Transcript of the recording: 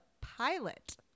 pilot